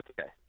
Okay